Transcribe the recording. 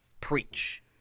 preach